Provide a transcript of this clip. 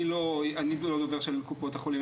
אני לא דובר של קופות החולים,